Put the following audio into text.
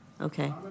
Okay